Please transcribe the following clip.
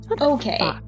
Okay